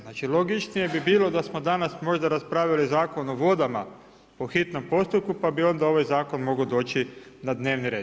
Znači logičnije bi bilo da smo danas možda raspravili Zakon o vodama po hitnom postupku, pa bi onda ovaj zakon mogao doći na dnevni red.